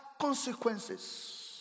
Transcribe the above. consequences